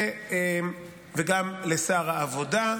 וגם לשר העבודה,